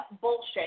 bullshit